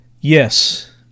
yes